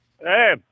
hey